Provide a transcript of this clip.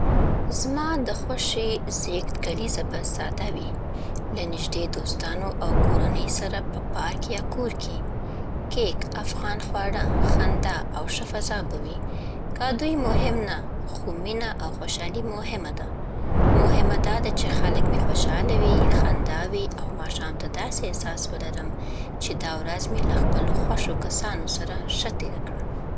زما د خوښې زیږد کلیزه به ساده وي، له نږدې دوستانو او کورنۍ سره په پارک یا کور کې. کیک، افغان خواړه، خندا، او ښه فضا به وي. کادوی مهم نه، خو مینه او خوشحالي مهمه ده. مهمه دا ده چې خلک مې خوشحاله وي، خندا وي، او ماښام ته داسې احساس ولرم چې دا ورځ مې له خپلو خوښو کسانو سره ښه تېره کړه.